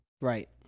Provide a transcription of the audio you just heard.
right